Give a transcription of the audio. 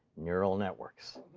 neural networks.